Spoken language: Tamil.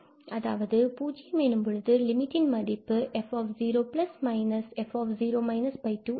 அதாவது இது 0 எனும்பொழுது லிமிடிங் மதிப்பு f0f2 ஆகும்